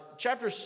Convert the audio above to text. Chapter